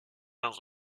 dans